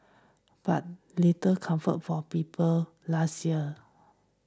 but little comfort for people last year